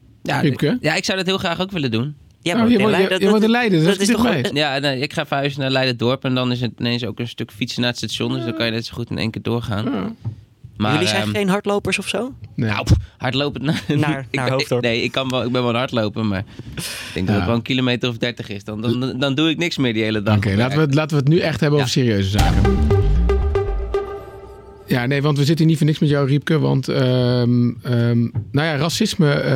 Ja, d- Riepke? ja, ik zou dat heel graag ook willen doen. Ja, maar Oh, je nee, wordt- Leiden- je- je dat- wordt dat- in Leiden, dus dat dat is is goed toch informatie. wel- Ja, nee, ik ga verhuizen naar Leiderdorp en dan is het ineens ook een stuk fietsen naar het station, dus dan kan je net zo goed in één keer doorgaan. Ja. Maar, Jullie zijn ehm, geen hardlopers of zo? Nou, pff, hardlopen- Naar- Ik- naar ik- Hoofddorp. Nee, ik kan wel- ik ben wel een hardloper, maar ik denk dat Ja. het wel een kilometer of 30 is. Dan- dan- dan doe ik niks meer die hele dag Oké, op laten werk. we het- laten we het nu echt hebben over Ja. serieuze zaken. Ja, nee, want we zitten hier niet voor niks met jou, Riepke, want, ehm, ehm, nou ja, racisme-